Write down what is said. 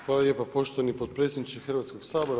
Hvala lijepa poštovani potpredsjedniče Hrvatskog sabora.